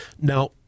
Now